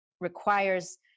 requires